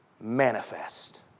manifest